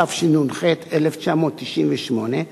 התשנ"ח 1998,